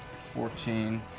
fourteen,